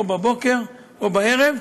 או בבוקר או בערב,